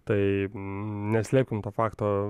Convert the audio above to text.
tai neslėpkim to fakto